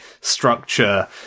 structure